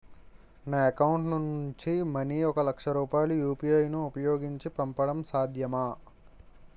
నా అకౌంట్ నుంచి మనీ ఒక లక్ష రూపాయలు యు.పి.ఐ ను ఉపయోగించి పంపడం సాధ్యమా?